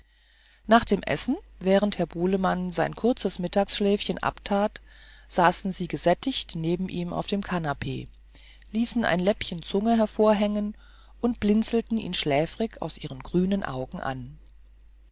nach dem essen während herr bulemann sein kurzes mittagsschläfchen abtat saßen sie gesättigt neben ihm auf dem kanapee ließen ein läppchen zunge hervorhängen und blinzelten ihn schläfrig aus ihren grünen augen an